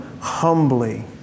humbly